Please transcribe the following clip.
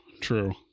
true